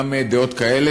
גם דעות כאלה.